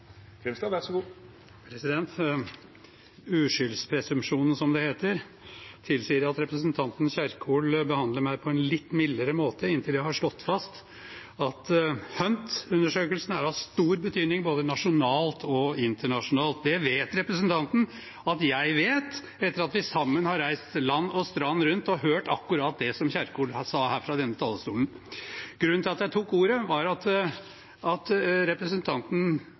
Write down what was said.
litt mildere måte inntil jeg har slått fast at HUNT-undersøkelsen er av stor betydning både nasjonalt og internasjonalt. Det vet representanten at jeg vet, etter at vi sammen har reist land og strand rundt og hørt akkurat det som Kjerkol sa her fra denne talerstolen. Grunnen til at jeg tok ordet, var at representanten i hennes parti mente at